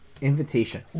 invitation